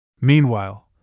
Meanwhile